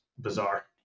bizarre